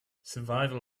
survival